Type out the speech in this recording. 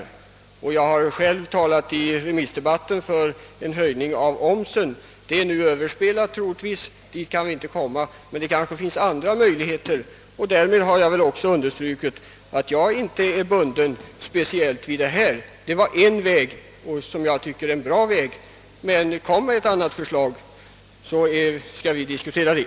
I remissdebatten har jag själv talat för en höjning av omsättningsskatten. Det förslaget är troligtvis överspelat, och vi kan inte komma längre på den vägen. Men det kanske finns andra möjligheter. Därmed har jag också understrukit att jag inte är bunden speciellt vid detta förslag. Det var en väg, och som jag tycker en bra väg. Men lägg fram ett annat förslag, så skall vi diskutera det!